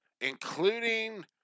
including